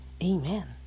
Amen